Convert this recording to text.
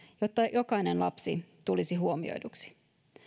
jotta jokainen lapsi tulisi huomioiduksi